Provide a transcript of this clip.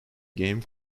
game